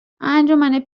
انجمن